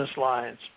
lines